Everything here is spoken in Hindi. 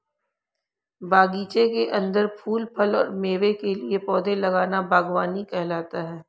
बगीचे के अंदर फूल, फल और मेवे के लिए पौधे लगाना बगवानी कहलाता है